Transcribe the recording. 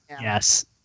yes